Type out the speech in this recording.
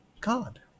God